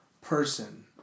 person